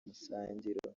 musangiro